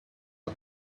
her